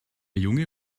junge